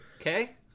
okay